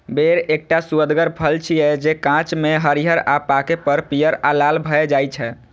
बेर एकटा सुअदगर फल छियै, जे कांच मे हरियर आ पाके पर पीयर आ लाल भए जाइ छै